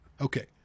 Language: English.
Okay